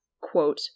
quote